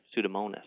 pseudomonas